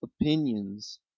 opinions